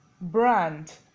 brand